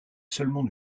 seulement